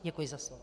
Děkuji za slovo.